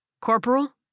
Corporal